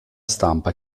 stampa